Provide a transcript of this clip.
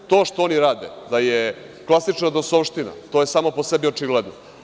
To što oni rade da je klasična DOS-ovština, to je samo po sebi očigledno.